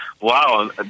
wow